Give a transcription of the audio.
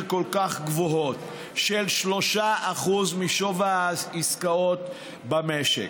כל כך גבוהות של 3% משווי העסקאות במשק.